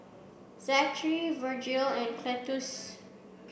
Zachery Virgle and Cletus